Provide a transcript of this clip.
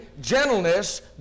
gentleness